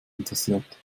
interessiert